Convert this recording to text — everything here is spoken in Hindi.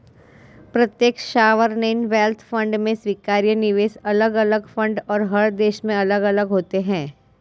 प्रत्येक सॉवरेन वेल्थ फंड में स्वीकार्य निवेश अलग अलग फंड और हर देश में अलग अलग होते हैं